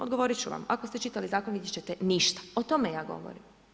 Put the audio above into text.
Odgovorit ću vam, ako ste čitali zakon, vidjet ćete ništa, o tome ja govorim.